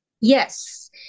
Yes